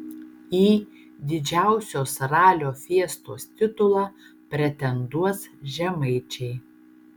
į didžiausios ralio fiestos titulą pretenduos žemaičiai